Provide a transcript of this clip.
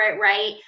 right